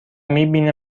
میبینه